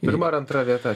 pirma ar antra vieta